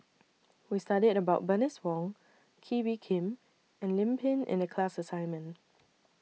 We studied about Bernice Wong Kee Bee Khim and Lim Pin in The class assignment